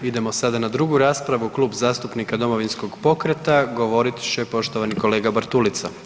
Idemo sada na drugu raspravu, Klub zastupnika Domovinskog pokreta, govorit će poštovani kolega Bartulica.